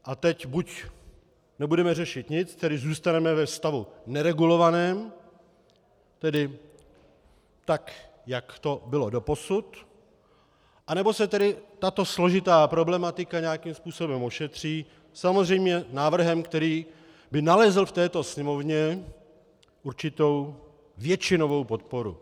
A teď buď nebudeme řešit nic, tedy zůstaneme ve stavu neregulovaném, tedy tak, jak to bylo doposud, anebo se tedy tato složitá problematika nějakým způsobem ošetří, samozřejmě návrhem, který by nalezl v této Sněmovně určitou většinovou podporu.